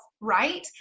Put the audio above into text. right